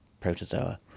protozoa